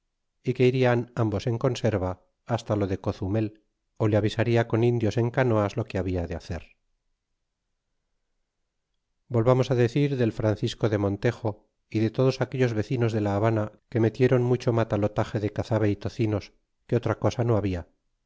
y que irian ambos en conserva hasta lo de cozumel le avisarla con indios en canoas lo que había de hacer volvamos decir del francisco de montejo y de todos aquellos vecinos de la habana que metiéron mucho matalotaje de cazabe y tocinos que otra cosa no habla